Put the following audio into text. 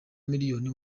miliyoni